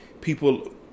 people